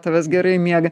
tavęs gerai miega